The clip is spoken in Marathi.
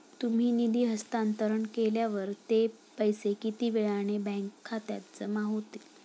तुम्ही निधी हस्तांतरण केल्यावर ते पैसे किती वेळाने बँक खात्यात जमा होतील?